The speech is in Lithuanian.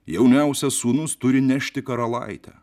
jauniausias sūnus turi nešti karalaitę